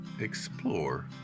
Explore